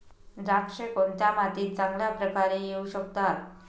द्राक्षे कोणत्या मातीत चांगल्या प्रकारे येऊ शकतात?